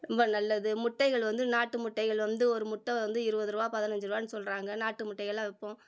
ரொம்ப நல்லது முட்டைகள் வந்து நாட்டு முட்டைகள் வந்து ஒரு முட்டை வந்து இருபது ரூபா பதினஞ்சு ரூபான்னு சொல்கிறாங்க நாட்டு முட்டைகள்லாம் விற்போம்